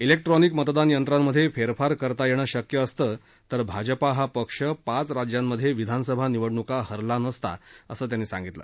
electronic मतदान यंत्रांमध्ये फेरफार करता येणं शक्य असतं तर भाजपा हा पक्ष पाच राज्यांमध्ये विधानसभा निवडणूका हरला नसता असं त्यांनी सांगितलं